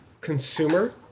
consumer